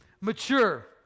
Mature